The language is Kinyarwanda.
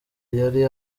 yari